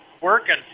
working